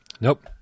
Nope